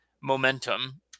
momentum